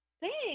Thanks